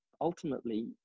ultimately